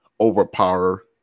overpower